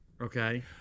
Okay